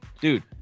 dude